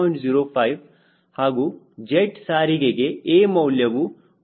05 ಹಾಗೂ ಜೆಟ್ ಸಾರಿಗೆಗೆ A ಮೌಲ್ಯ 1